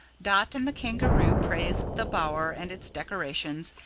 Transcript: dot and the kangaroo praised the bower and its decorations,